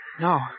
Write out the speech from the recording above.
No